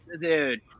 Dude